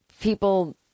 people